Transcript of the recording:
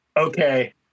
Okay